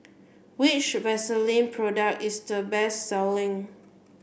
which Vaselin product is the best selling